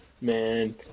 man